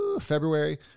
February